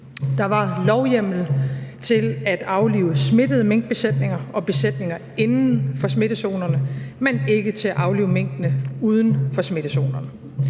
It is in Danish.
Der var lovhjemmel til at aflive smittede minkbesætninger og besætninger inden for smittezonerne, men ikke til at aflive minkene uden for smittezonerne.